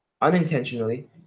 unintentionally